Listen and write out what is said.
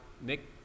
Nick